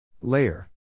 Layer